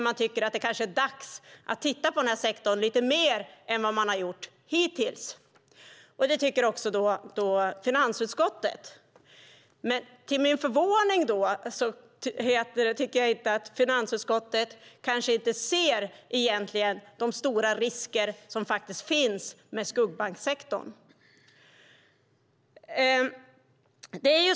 Man tycker att det är dags att titta på den här sektorn lite mer än vad man har gjort hittills. Det tycker också finansutskottet, men till min förvåning ser inte finansutskottet de stora risker som finns med skuggbanksektorn.